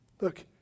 Look